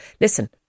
listen